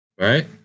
right